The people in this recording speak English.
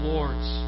Lord's